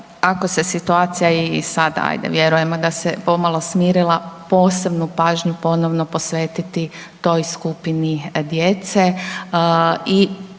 ako se situacija i sada, hajde vjerujemo da se pomalo smirila, posebnu pažnju ponovno posvetiti toj skupini djece